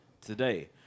Today